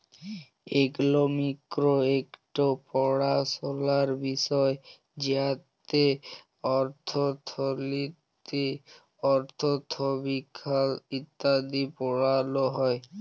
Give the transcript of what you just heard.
economics ইকট পাড়াশলার বিষয় উয়াতে অথ্থলিতি, অথ্থবিজ্ঞাল ইত্যাদি পড়াল হ্যয়